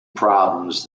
problems